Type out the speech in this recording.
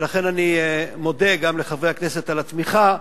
ולכן אני מודה גם לחברי הכנסת על התמיכה,